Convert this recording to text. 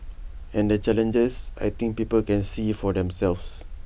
and the challenges I think people can see for themselves